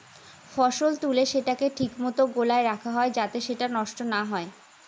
ফসল তুলে সেটাকে ঠিক মতো গোলায় রাখা হয় যাতে সেটা নষ্ট না হয়